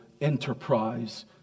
enterprise